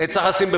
דרך מענקים,